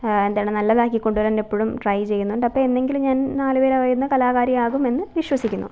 എന്താണ് നല്ലതാക്കി കൊണ്ടു വരാന് എപ്പോഴും ട്രൈ ചെയ്യുന്നുണ്ട് അപ്പോള് എന്നെങ്കിലും ഞാന് നാലു പേരറിയുന്ന കലാകാരിയാകുമെന്ന് വിശ്വസിക്കുന്നു